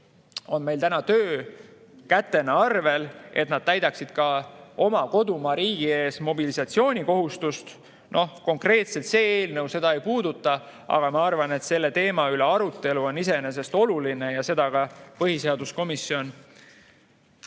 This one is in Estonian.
on meil täna töökätena arvel, täidaksid oma kodumaa ees mobilisatsioonikohustust? Konkreetselt see eelnõu seda ei puuduta, aga ma arvan, et selle teema üle arutlemine on iseenesest oluline, ja ka põhiseaduskomisjon